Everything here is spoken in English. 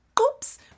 Oops